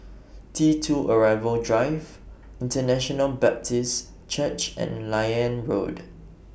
T two Arrival Drive International Baptist Church and Liane Road